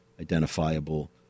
identifiable